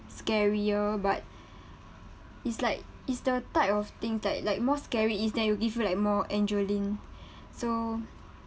scarier but it's like it's the type of things like like more scary it is then it will give me like more adrenaline so